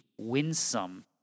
winsome